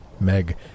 Meg